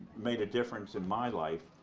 made a difference in my life